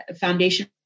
foundation